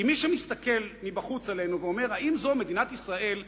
כי מי שמסתכל מבחוץ עלינו ואומר: האם זו מדינת ישראל הפתוחה,